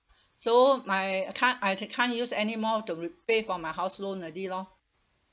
so my I can't I can't use anymore to repay for my house loan already lor